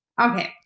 Okay